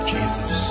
Jesus